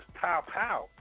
pow-pow